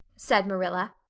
said marilla.